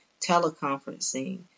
teleconferencing